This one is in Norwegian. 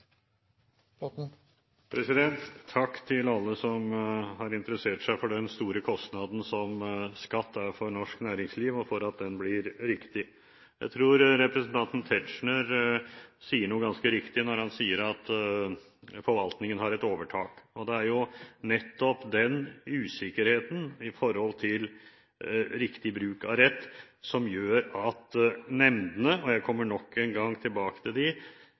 Takk til alle som har interessert seg for den store kostnaden som skatt er for norsk næringsliv – og for at den blir riktig. Jeg tror representanten Tetzschner sier noe ganske riktig når han sier at forvaltningen har et overtak. Det er jo nettopp den usikkerheten når det gjelder riktig rettsanvendelse, som gjør at nemndene – og jeg kommer nok engang tilbake til